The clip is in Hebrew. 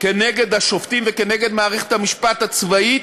כנגד השופטים וכנגד מערכת המשפט הצבאית,